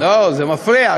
לא, זה מפריע.